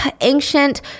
ancient